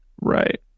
Right